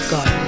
God